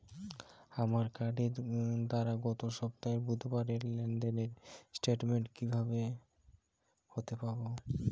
আমার কার্ডের দ্বারা গত সপ্তাহের বুধবারের লেনদেনের স্টেটমেন্ট কীভাবে হাতে পাব?